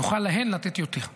נוכל לתת להן יותר,